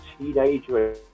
teenager